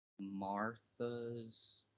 Martha's